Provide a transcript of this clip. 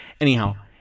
anyhow